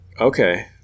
Okay